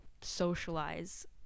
socialize